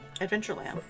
Adventureland